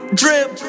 drip